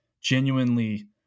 genuinely